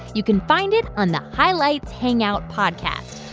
you can find it on the highlights hangout podcast.